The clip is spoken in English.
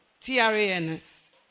T-R-A-N-S